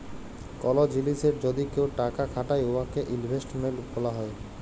call জিলিসে যদি কেউ টাকা খাটায় উয়াকে ইলভেস্টমেল্ট ব্যলা হ্যয়